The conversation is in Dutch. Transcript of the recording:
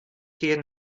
keer